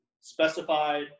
specified